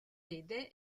vede